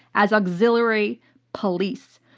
as auxiliary police.